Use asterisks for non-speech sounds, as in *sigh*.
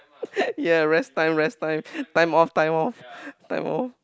*laughs* yea rest time rest time time off time off time off